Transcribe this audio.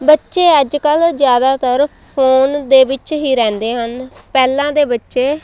ਬੱਚੇ ਅੱਜ ਕੱਲ ਜ਼ਿਆਦਾਤਰ ਫੋਨ ਦੇ ਵਿੱਚ ਹੀ ਰਹਿੰਦੇ ਹਨ ਪਹਿਲਾਂ ਦੇ ਬੱਚੇ